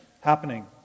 happening